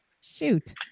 Shoot